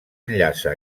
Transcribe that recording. enllaça